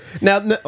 now